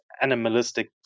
animalistic